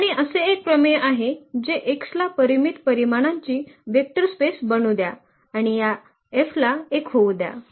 आणि असे एक प्रमेय आहे जे X ला परिमित परिमाणांची वेक्टर स्पेस बनू द्या आणि या F ला एक होऊ द्या